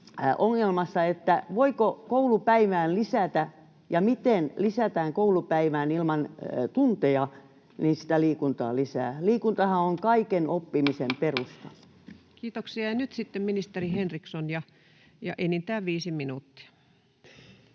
ongelmasta, että voiko koulupäivään lisätä liikuntaa ja miten lisätään koulupäivään ilman tunteja sitä liikuntaa. Liikuntahan on kaiken oppimisen perusta. Kiitoksia. — Nyt sitten ministeri Henriksson, ja enintään viisi minuuttia.